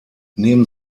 neben